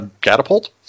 catapult